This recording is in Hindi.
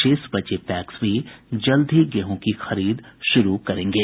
शेष बचे पैक्स भी जल्द ही गेहू की खरीद शुरू करेंगे